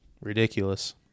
ridiculous